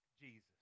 Jesus